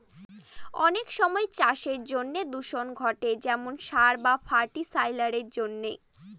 অনেক সময় চাষের জন্য দূষণ ঘটে যেমন সার বা ফার্টি লাইসারের জন্য